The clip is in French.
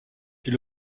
est